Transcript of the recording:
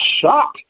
shock